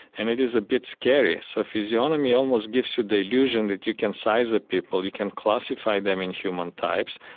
and it is a bit scary. so physiognomy almost gives you the illusion that you can size up people, you can classify them in human types.